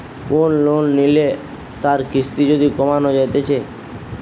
কোন লোন লিলে তার কিস্তি যদি কমানো যাইতেছে